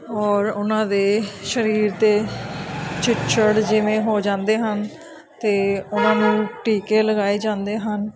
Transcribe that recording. ਔਰ ਉਹਨਾਂ ਦੇ ਸਰੀਰ 'ਤੇ ਚਿੱਚੜ ਜਿਵੇਂ ਹੋ ਜਾਂਦੇ ਹਨ ਤਾਂ ਉਹਨਾਂ ਨੂੰ ਟੀਕੇ ਲਗਾਏ ਜਾਂਦੇ ਹਨ